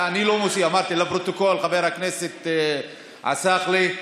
לפרוטוקול, חבר הכנסת עסאקלה.